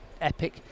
Epic